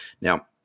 Now